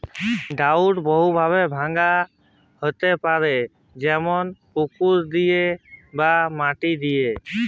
weed বহুত ভাবে ভাঙা হ্যতে পারে যেমল পুকুর দিয়ে বা মাটি দিয়ে